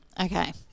Okay